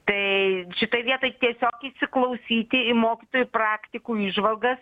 tai šitoj vietoj tiesiog įsiklausyti į mokytojų praktikų įžvalgas